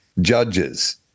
judges